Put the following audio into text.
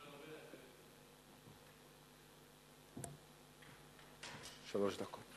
שלוש דקות.